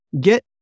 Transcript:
get